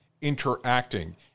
interacting